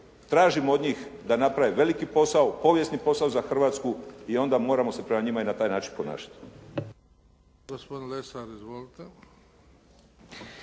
Tražimo od njih da naprave veliki posao, povijesni posao za Hrvatsku i onda moramo se prema njima i na taj način ponašati.